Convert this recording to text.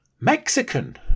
Mexican